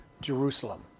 Jerusalem